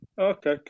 Okay